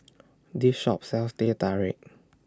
This Shop sells Teh Tarik